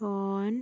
on